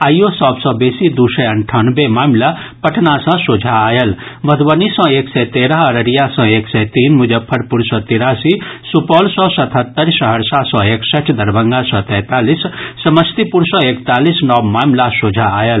आइयो सभ सँ बेसी दू सय अन्ठानवे मामिला पटना सँ सोझा आयल मधुबनी सँ एक सय तेरह अररिया सँ एक सय तीन मुजफ्फरपुर सँ तिरासी सुपौल सँ सत्तहतरि सहरसा सँ एकसठि दरभंगा सँ तैंतालिस समस्तीपुर सँ एकतालिस नव मामिला सोझा आयल